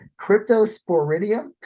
Cryptosporidium